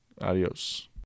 adios